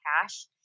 cash